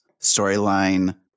storyline